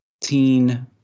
teen